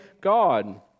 God